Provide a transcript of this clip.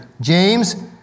James